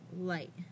light